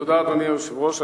תודה, אדוני היושב-ראש.